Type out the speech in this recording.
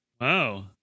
Wow